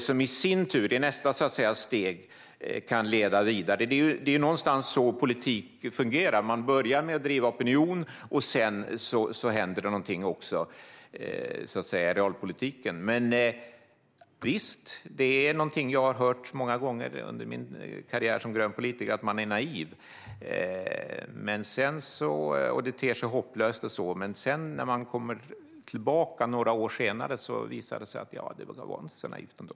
Det kan i sin tur - i nästa steg - leda vidare. Det är någonstans så politik fungerar: Man börjar med att driva opinion, och sedan händer det också någonting i realpolitiken. Jag har hört många gånger under min karriär som grön politiker att jag är naiv, och det kan te sig hopplöst. Men när man kommer tillbaka några år senare kan det visa sig att det inte var så naivt ändå.